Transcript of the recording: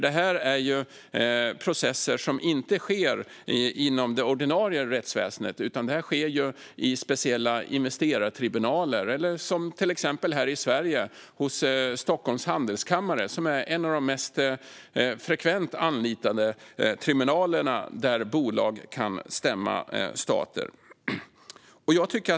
Det här är processer som inte sker inom det ordinarie rättsväsendet. Det sker i speciella investerartribunaler eller som till exempel här i Sverige hos Stockholms Handelskammare. Det är en av de mest frekvent anlitade tribunalerna där bolag kan stämma stater.